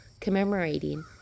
commemorating